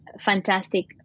fantastic